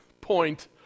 point